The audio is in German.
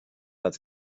als